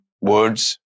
words